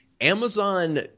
Amazon